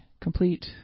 complete